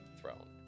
throne